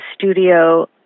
studio